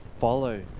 Follow